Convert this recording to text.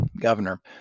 governor